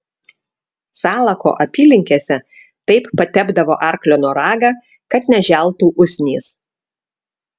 salako apylinkėse taip patepdavo arklo noragą kad neželtų usnys